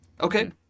Okay